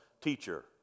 teacher